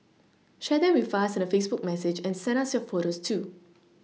share them with us in a Facebook message and send us your photos too